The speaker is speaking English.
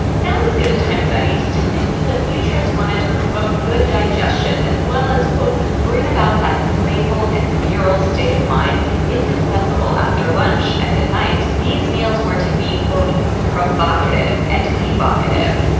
now's as good a time as any to tell you that the futurists wanted to promote good digestion as well as quote bring about that playful and virile state of mind indispensable after lunch and at night. these meals were to be quote provocative and evocative,